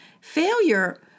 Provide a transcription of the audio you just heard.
Failure